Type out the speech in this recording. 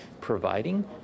providing